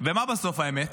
ומה בסוף האמת?